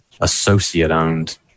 associate-owned